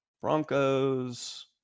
Broncos